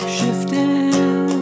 Shifting